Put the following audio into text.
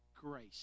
grace